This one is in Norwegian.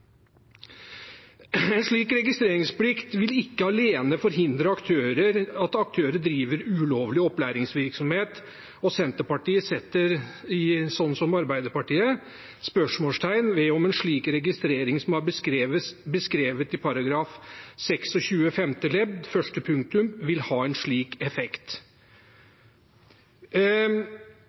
En slik registreringsplikt vil ikke alene forhindre at aktører driver ulovlig opplæringsvirksomhet. Senterpartiet setter, slik som Arbeiderpartiet, spørsmålstegn ved om en slik registrering som er beskrevet i § 26 femte ledd første punktum, vil ha en slik effekt.